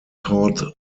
taught